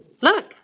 Look